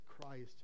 Christ